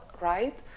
right